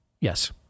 Yes